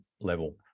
level